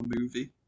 movie